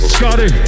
Scotty